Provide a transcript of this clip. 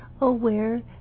aware